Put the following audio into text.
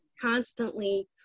constantly